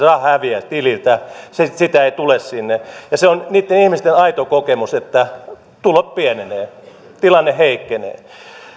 raha häviää tililtä sitä ei tule sinne ja se on niitten ihmisten aito kokemus että tulot pienenevät tilanne heikkenee